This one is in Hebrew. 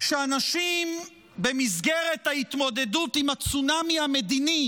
שאנשים במסגרת ההתמודדות עם הצונאמי המדיני